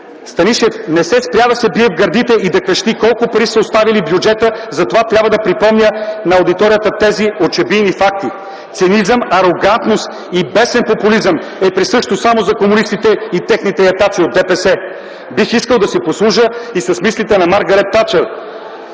Станишев не се спря да се бие в гърдите и да крещи, колко пари са оставили в бюджета, затова трябва да припомня на аудиторията тези очебийни факти – цинизъм, арогантност и бесен популизъм е присъщо само за комунистите и техните ятаци от ДПС! Бих искал да си послужа и с мислите на Маргарет Тачър,